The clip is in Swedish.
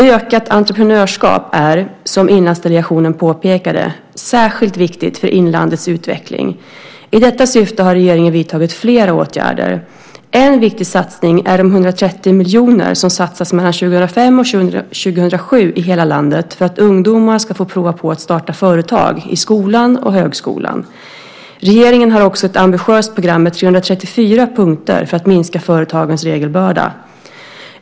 Ökat entreprenörskap är, som Inlandsdelegationen påpekade, särskilt viktigt för inlandets utveckling. I detta syfte har regeringen vidtagit flera åtgärder. En viktig satsning är de 130 miljoner som satsas mellan 2005 och 2007 i hela landet för att ungdomar ska få prova på att starta företag i skolan och högskolan. Regeringen har också ett ambitiöst program med 334 punkter för att minska företagens regelbörda.